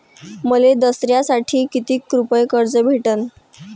मले दसऱ्यासाठी कितीक रुपये कर्ज भेटन?